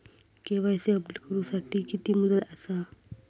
KYC update करू साठी किती मुदत आसा?